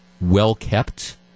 well-kept